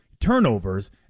turnovers